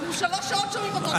אנחנו שלוש שעות שומעים אותו דבר.